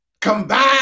combine